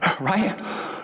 right